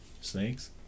Snakes